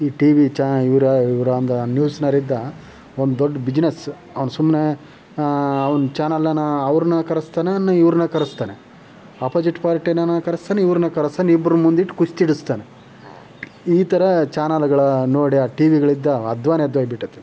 ಈ ಟಿವಿ ಚಾ ಇವರ ಇವರ ಒಂದು ನ್ಯೂಸ್ನರಿದ್ದ ಒಂದು ದೊಡ್ಡ ಬಿಜಿನೆಸ್ ಅವ್ನು ಸುಮ್ಮನೆ ಅವ್ನ ಚಾನೆಲ್ನಾ ಅವ್ರನ್ನ ಕರೆಸ್ತಾನೆ ಇವ್ರನ್ನ ಕರೆಸ್ತಾನೆ ಅಪೋಸಿಟ್ ಪಾರ್ಟಿನನಾ ಕರೆಸ್ತಾನೆ ಇವ್ರನ್ನ ಕರೆಸ್ತಾನೆ ಇಬ್ರು ಮುಂದಿಟ್ಟು ಕುಸ್ತಿ ಇಡಿಸ್ತಾನೆ ಈ ಥರ ಚಾನೆಲ್ಗಳ ನೋಡಿ ಆ ಟಿವಿಗಳಿದ್ದ ಅಧ್ವಾನ ಎದ್ದೊಗ್ಬಿಟ್ಟತೆ